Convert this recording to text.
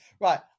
Right